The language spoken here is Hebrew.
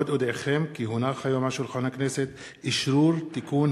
עוד אודיעכם כי הונח היום על שולחן הכנסת אשרור תיקון